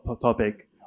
topic